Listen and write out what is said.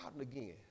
again